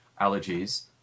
allergies